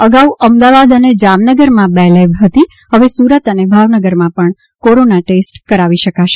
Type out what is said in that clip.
અગાઉ અમદાવાદ અને જામનગરમાં બે લેબ હતી હવે સુરત અને ભાવનગરમાં પણ કોરોના ટેસ્ટ કરાવી શકશે